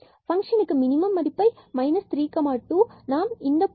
ஃபங்ஷனுக்கு மினிமம் மதிப்பை 32ஐ நாம் இந்த 12±32